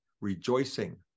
rejoicing